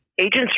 agents